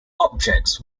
objects